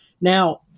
Now